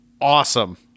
awesome